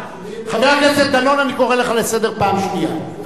הכנסת דנון, אני קורא לך לסדר פעם ראשונה.